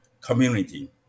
community